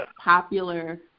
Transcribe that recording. popular